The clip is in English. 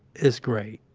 it's great.